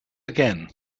again